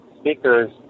speakers